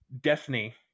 Destiny